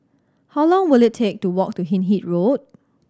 how long will it take to walk to Hindhede Road